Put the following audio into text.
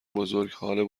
بزرگ، هال